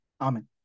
Amen